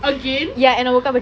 again